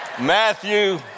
matthew